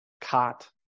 cot